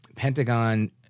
Pentagon